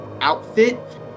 outfit